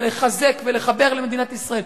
ולחזק ולחבר למדינת ישראל,